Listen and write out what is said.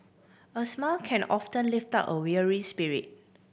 a smile can often lift up a weary spirit